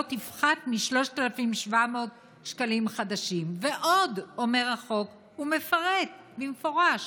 לא תפחת מ-3,700 שקלים חדשים." ועוד אומר החוק ומפרט במפורש: